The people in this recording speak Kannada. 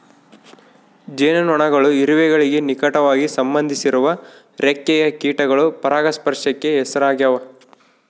ಜೇನುನೊಣಗಳು ಇರುವೆಗಳಿಗೆ ನಿಕಟವಾಗಿ ಸಂಬಂಧಿಸಿರುವ ರೆಕ್ಕೆಯ ಕೀಟಗಳು ಪರಾಗಸ್ಪರ್ಶಕ್ಕೆ ಹೆಸರಾಗ್ಯಾವ